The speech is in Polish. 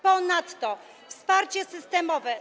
Ponadto wsparcie systemowe.